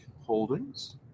Holdings